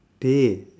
dey